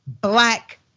black